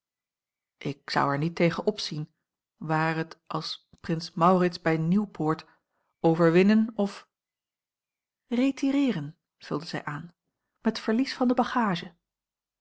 ik zou er niet tegen opzien ware t als prins maurits bij nieuwpoort overwinnen of retireeren vulde zij aan met verlies van de bagage